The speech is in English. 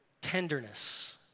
tenderness